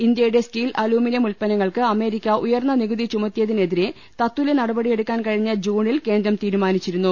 ഇന്ത്യയുടെ steel aluminium ഉല്പന്നങ്ങൾക്ക് America ഉയർന്ന നികുതി ചുമത്തിയതിനെതിരെ തത്തുല്യ നടപടിയെടുക്കാൻ കഴിഞ്ഞ ജൂണിൽ കേന്ദ്രം തീരുമാ നിച്ചിരുന്നു